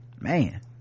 man